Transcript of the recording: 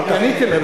עניתי.